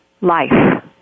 Life